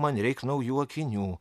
man reik naujų akinių